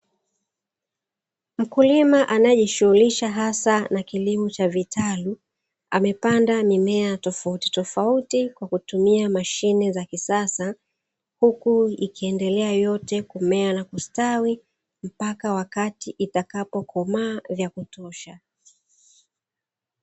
Mkulima anaye jishuhulisha hasa nakilimo cha vitalu amepanda mimea tofautitofauti kw a kutumia mashine za kisasa, huku ikiendelea yote kumea na kustawi mpaka wakati itakapo komaa vya kutosha.